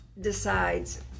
decides